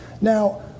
Now